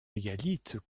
mégalithes